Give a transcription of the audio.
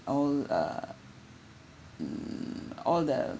all err mm all the